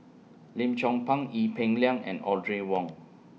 Lim Chong Pang Ee Peng Liang and Audrey Wong